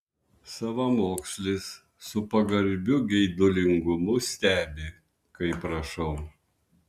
savamokslis su pagarbiu geidulingumu stebi kaip rašau